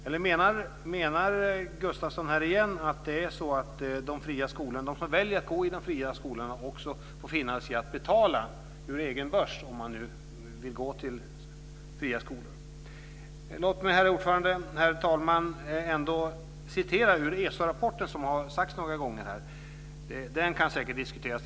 Eller menar Lennart Gustavsson att de som väljer att gå i de fria skolorna också får finna sig i att betala ur egen börs om man vill gå i en fri skola? Herr talman! Låt mig tala om vad som står i ESO rapporten som har nämnts några gånger här. Vetenskapligheten i den kan säkert diskuteras.